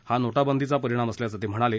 हा नोटाबंदीचा परिणाम असल्याचं ते म्हणाले